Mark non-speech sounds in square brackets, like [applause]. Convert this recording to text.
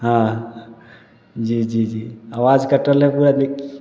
हाँ जी जी जी आवाज कटल हइ पूरा [unintelligible]